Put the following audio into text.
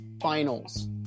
Finals